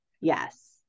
Yes